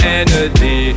energy